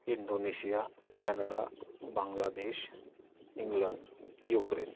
Indonesia Canada Bangladesh England Ukraine